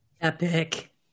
Epic